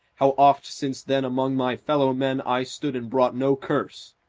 how oft since then among my fellow-men i stood and brought no curse.